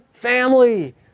family